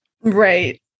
Right